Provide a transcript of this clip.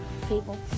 people